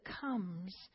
comes